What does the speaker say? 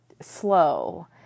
slow